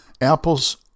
Apples